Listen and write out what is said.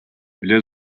bile